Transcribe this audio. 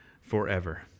forever